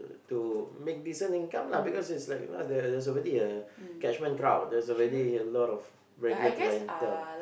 to make decent income lah because there's like you know there's already catchment crowd there's already a lot of regular clientele